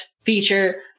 feature